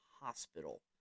Hospital